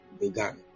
began